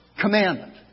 commandment